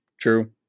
True